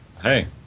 hey